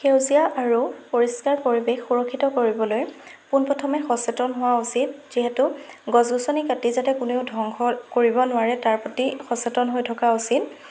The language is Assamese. সেউজীয়া আৰু পৰিষ্কাৰ পৰিৱেশ সুৰক্ষিত কৰিবলৈ পোনপ্ৰথমে সচেতন হোৱা উচিত যিহেতু গছ গছনি কাটি যাতে কোনেও ধ্বংস কৰিব নোৱাৰে তাৰ প্ৰতি সচেতন হৈ থকা উচিত